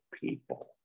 people